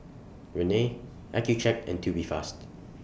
Rene Accucheck and Tubifast